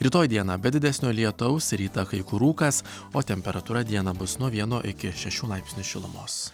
rytoj dieną be didesnio lietaus rytą kai kur rūkas o temperatūra dieną bus nuo vieno iki šešių laipsnių šilumos